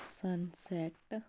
sunset